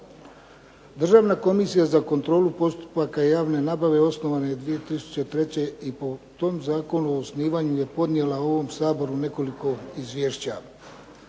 Državna komisija za kontrolu postupaka javne nabave osnovana je 2003. i po tom zakonu o osnivanju je podnijela ovom Saboru nekoliko izvješća.